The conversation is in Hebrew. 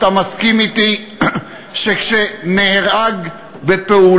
אתה מסכים אתי שכשנהרג בפעולה,